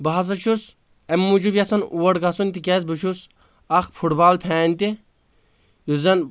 بہ ہسا چھُس امہِ موجوٗب یژھان اور گژھُن تِکیازِ بہٕ چھُس اکھ فٹ بال فین تہِ یُس زَن